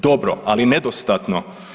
Dobro ali nedostatno.